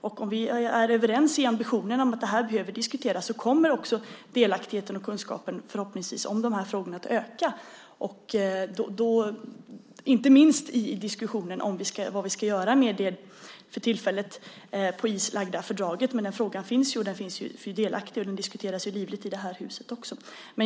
Om vi är överens om ambitionen att det här behöver diskuteras kommer också delaktigheten och kunskapen om de här frågorna förhoppningsvis att öka, inte minst i diskussionen om vad vi ska göra med det för tillfället på is lagda fördraget. Men den frågan finns ju, och vi är delaktiga i den - den diskuteras ju livligt i det här huset också.